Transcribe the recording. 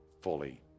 fully